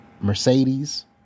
Mercedes